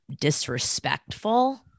disrespectful